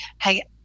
hey